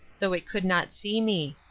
though it could not see me.